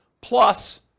plus